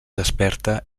desperta